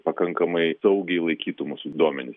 pakankamai saugiai laikytų mūsų duomenis